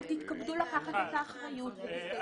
אבל תתכבדו לקחת את האחריות --- סליחה,